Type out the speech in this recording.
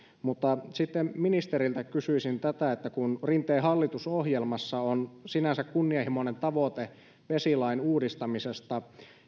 ministeriltä kysyisin tätä että kun rinteen hallitusohjelmassa on sinänsä kunnianhimoinen tavoite vesilain uudistamisesta